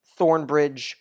Thornbridge